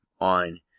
on